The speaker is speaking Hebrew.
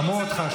שמעו אותך.